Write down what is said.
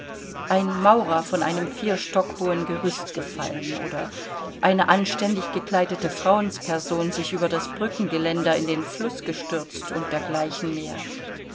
ein maurer von einem vierstockhohen gerüst gefallen oder eine anständig gekleidete frauensperson sich über das brückengeländer in den fluß gestürzt u dgl m